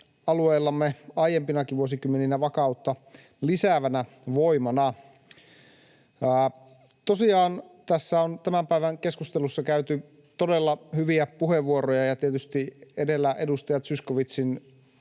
alueellamme aiempinakin vuosikymmeninä, vakautta lisäävänä voimana. Tosiaan tässä tämän päivän keskustelussa on käytetty todella hyviä puheenvuoroja, ja tietysti edellä edustaja Zyskowiczin